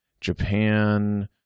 Japan